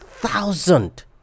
Thousand